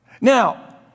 Now